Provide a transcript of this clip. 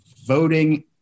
voting